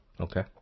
Okay